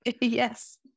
Yes